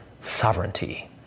sovereignty